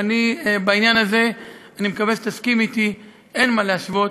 בעניין הזה, אני מקווה שתסכים אתי, אין מה להשוות.